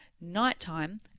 nighttime